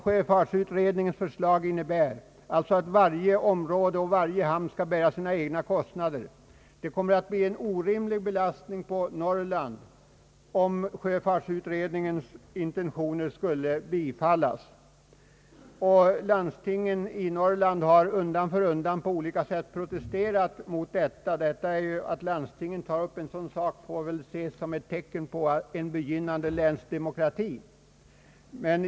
Förslaget går således ut på att varje område och varje hamn skall bära sina kostnader för isbrytning. Det kommer att medföra en orimlig belastning på Norrland, om sjöfartsutredningens intentioner förverkligas. Landstingen i Norrland har också vid olika tillfällen protesterat mot en sådan ordning. Det förhållandet att landstingen tar upp en sådan sak får väl ses som ett tecken på en begynnande länsdemokrati.